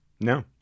No